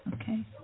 Okay